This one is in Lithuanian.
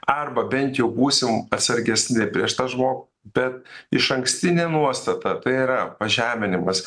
arba bent jau būsim atsargesni prieš tą žmogų bet išankstinė nuostatatai yra pažeminimas